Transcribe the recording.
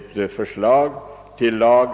Herr talman!